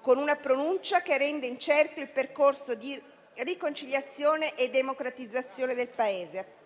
con una pronuncia che rende incerto il percorso di riconciliazione e democratizzazione del Paese.